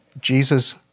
Jesus